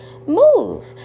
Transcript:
move